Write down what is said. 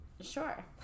Sure